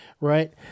Right